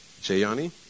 Jayani